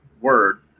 word